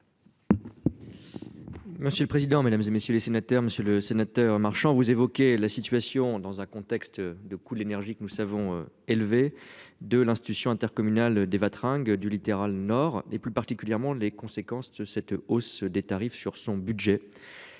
Monsieur le président, Mesdames, et messieurs les sénateurs, Monsieur le Sénateur, marchant, vous évoquez la situation dans un contexte de coût de l'énergie que nous savons élevé de l'institution intercommunale d'Éva tringle du littéral nord et plus particulièrement les conséquences de cette hausse des tarifs sur son budget.